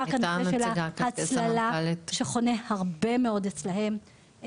כאן נושא ההצללה שחונה הרבה מאוד אצלם,